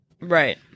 Right